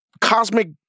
cosmic